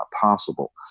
possible